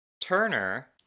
Turner